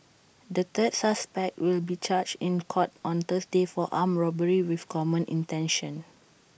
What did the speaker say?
the third suspect will be charged in court on Thursday for armed robbery with common intention